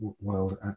world